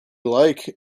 like